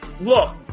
look